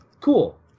cool